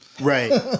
right